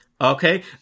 okay